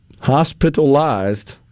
Hospitalized